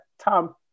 Tom